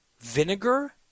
vinegar